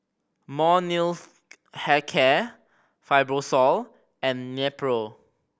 Molnylcke Health Care Fibrosol and Nepro